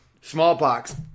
smallpox